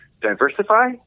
diversify